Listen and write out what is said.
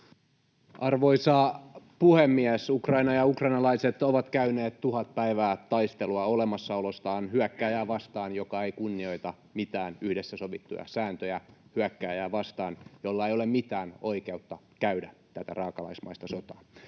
Arvoisa puhemies! Ukraina ja ukrainalaiset ovat käyneet tuhat päivää taistelua olemassaolostaan hyökkääjää vastaan, joka ei kunnioita mitään yhdessä sovittuja sääntöjä; hyökkääjää vastaan, jolla ei ole mitään oikeutta käydä tätä raakalaismaista sotaa.